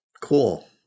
Cool